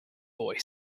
boy